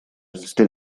still